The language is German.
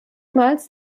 damals